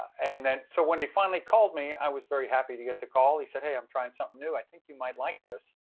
and and so when he finally called me i was very happy to get the call. he said, hey, i'm trying something new, i think you might like this.